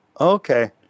Okay